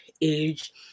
age